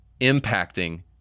impacting